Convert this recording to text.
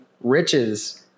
riches